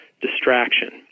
distraction